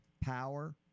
Power